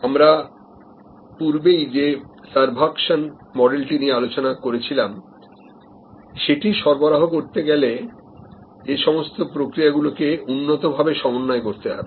আমরা পূর্বেই যে সার্ভাকশন মডেলটি নিয়ে আলোচনা করেছিলাম সেটি সরবরাহ করতে গেলে এসমস্ত প্রক্রিয়াগুলো কে উন্নত ভাবে সমন্বয় করতে হবে